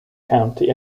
county